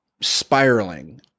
spiraling